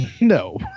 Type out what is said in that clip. No